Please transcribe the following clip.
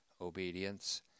obedience